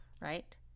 right